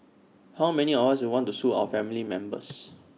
how many of us would want to sue our family members